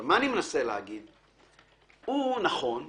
מה שאני מנסה להגיד שלו, נכון,